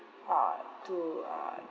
uh to uh